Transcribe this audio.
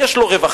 יש לו רווחה,